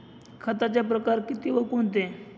खताचे प्रकार किती व कोणते?